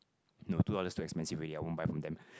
no two dollars too expensive already I won't buy from them